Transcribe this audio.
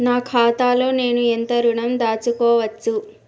నా ఖాతాలో నేను ఎంత ఋణం దాచుకోవచ్చు?